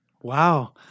Wow